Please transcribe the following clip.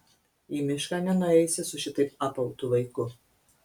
į mišką nenueisi su šitaip apautu vaiku